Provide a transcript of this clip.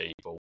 people